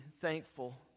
thankful